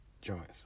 joints